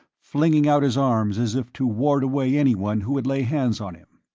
flinging out his arms as if to ward away anyone who would lay hands on him.